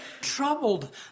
troubled